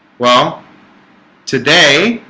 well today